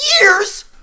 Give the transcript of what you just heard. years